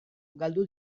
galdu